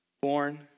born